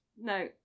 No